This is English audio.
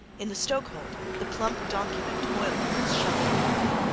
in the stokehold the plump donkeyman toiled with his shovel mutely,